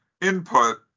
input